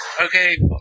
Okay